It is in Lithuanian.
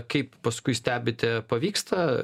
kaip paskui stebite pavyksta